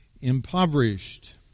impoverished